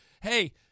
hey